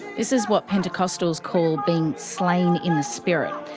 is is what pentecostals call being slain in the spirit,